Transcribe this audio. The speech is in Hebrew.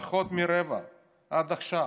פחות מרבע עד עכשיו.